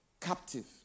captive